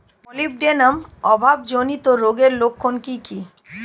Molybdenum অভাবজনিত রোগের লক্ষণ কি কি?